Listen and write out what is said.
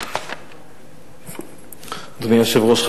אדוני היושב-ראש,